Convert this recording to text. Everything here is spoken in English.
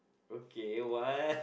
okay what